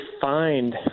find